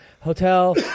hotel